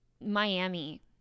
Miami